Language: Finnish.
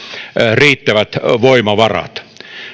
riittävät voimavarat